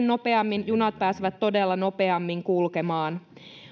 nopeammin junat pääsevät todella nopeammin kulkemaan